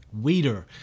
Weider